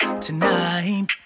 tonight